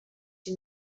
się